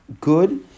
good